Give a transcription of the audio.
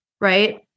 right